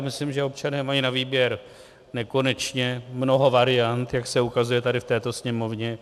Myslím, že občané mají na výběr nekonečně mnoho variant, jak se ukazuje tady v této Sněmovně.